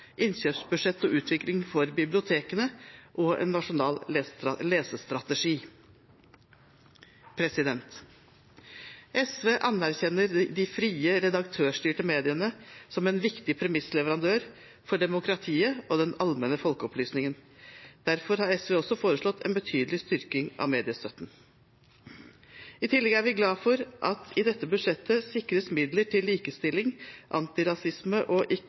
innkjøpsbudsjett og utvikling for bibliotekene og en nasjonal lesestrategi. SV anerkjenner de frie redaktørstyrte mediene som en viktig premissleverandør for demokratiet og den allmenne folkeopplysningen. Derfor har SV også foreslått en betydelig styrking av mediestøtten. I tillegg er vi glad for at det i dette budsjettet sikres midler til likestillings-, antirasisme- og